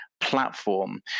platform